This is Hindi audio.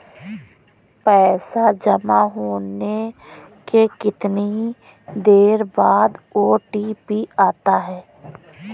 पैसा जमा होने के कितनी देर बाद ओ.टी.पी आता है?